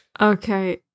Okay